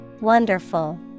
Wonderful